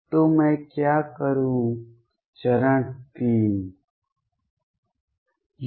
तो मैं क्या करूं चरण 3